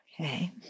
Okay